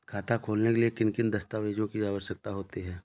खाता खोलने के लिए किन दस्तावेजों की आवश्यकता होती है?